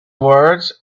words